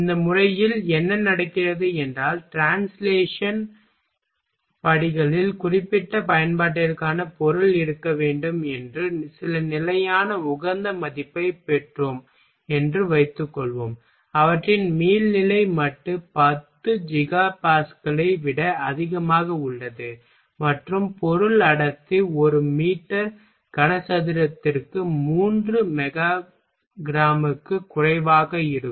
இந்த முறையில் என்ன நடக்கிறது என்றால் ட்ரான்ஸ்லேஷன் படிகளில் குறிப்பிட்ட பயன்பாட்டிற்கான பொருள் இருக்க வேண்டும் என்று சில நிலையான உகந்த மதிப்பைப் பெற்றோம் என்று வைத்துக்கொள்வோம் அவற்றின் மீள்நிலை மட்டு 10 ஜிகா பாஸ்கலை விட அதிகமாக உள்ளது மற்றும் பொருள் அடர்த்தி ஒரு மீட்டர் கனசதுரத்திற்கு 3 மெகா கிராமுக்கு குறைவாக இருக்கும்